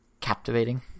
captivating